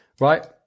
right